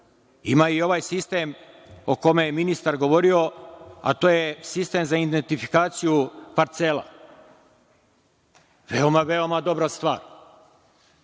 i ovaj sistem, o kome je ministar govorio, a to je sistem za identifikaciju parcela. Veoma, veoma dobra stvar.